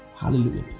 Hallelujah